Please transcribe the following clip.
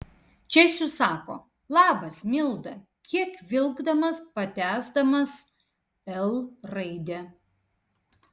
česius sako labas milda kiek vilkdamas patęsdamas l raidę